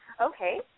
Okay